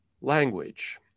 Language